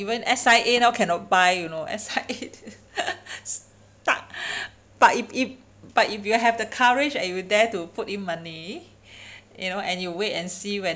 even S_I_A now cannot buy you know S_I_A stuck but if if but if you have the courage and you dare to put in money you know and you wait and see when